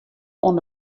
oan